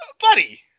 Buddy